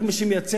רק מי שמייצא,